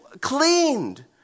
cleaned